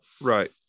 Right